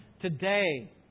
today